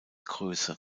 größe